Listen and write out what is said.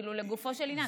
לגופו של עניין.